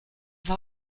war